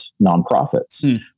nonprofits